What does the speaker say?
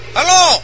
Hello